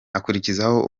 akurikizaho